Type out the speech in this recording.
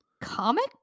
comic